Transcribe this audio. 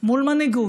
אבל אין מה לעשות.